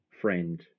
friend